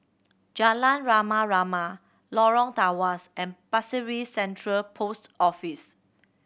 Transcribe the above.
Jalan Rama Rama Lorong Tawas and Pasir Ris Central Post Office